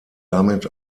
damit